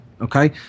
Okay